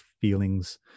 feelings